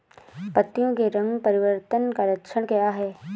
पत्तियों के रंग परिवर्तन का लक्षण क्या है?